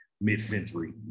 mid-century